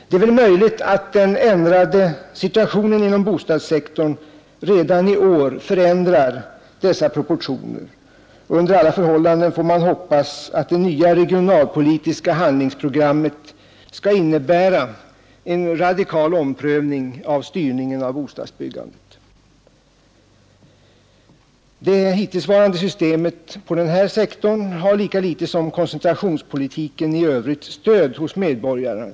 Det är väl möjligt att den ändrade situationen inom bostadssektorn redan i år förändrar dessa proportioner. Under alla förhållanden får man hoppas att det nya regionalpolitiska handlingsprogrammet skall innebära en radikal omprövning av styrningen av bostadsbyggandet. Det hittillsvarande systemet inom denna sektor har lika litet som koncentrationspolitiken i övrigt stöd hos medborgarna.